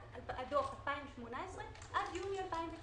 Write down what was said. עד 28 בפברואר.